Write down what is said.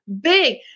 big